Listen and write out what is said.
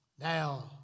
Now